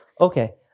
Okay